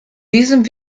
diesem